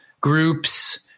Groups